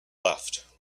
left